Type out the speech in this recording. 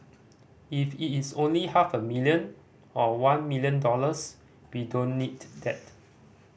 if it is only half a million or one million dollars we don't need that